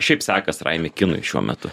šiaip sekas raimi kinui šiuo metu